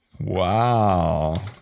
Wow